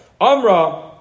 Amra